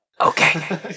Okay